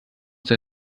der